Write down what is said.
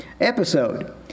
episode